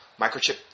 microchip